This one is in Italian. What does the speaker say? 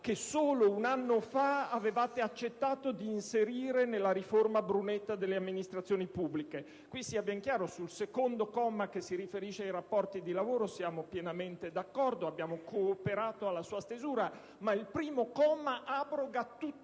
che solo un anno fa avevate accettato di inserire nella riforma Brunetta delle amministrazioni pubbliche. Sia ben chiaro, sul comma 2, che si riferisce ai rapporti di lavoro, siamo pienamente d'accordo e abbiamo cooperato alla sua stesura, ma il comma 1 abroga